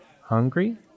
Hungry